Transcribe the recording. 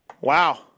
Wow